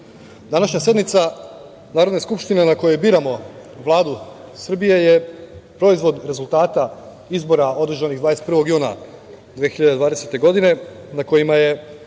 današnja sednica Narodne skupštine na kojoj biramo Vladu Srbije je proizvod rezultata izbora održanih 21. juna 2020. godine, na kojima je